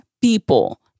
people